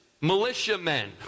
militiamen